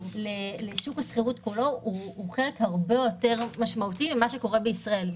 לשוק השכירות הכולל הוא חלק הרבה יותר משמעותי ממה שקורה בישראל.